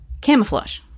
camouflage